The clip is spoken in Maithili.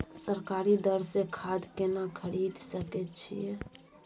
सरकारी दर से खाद केना खरीद सकै छिये?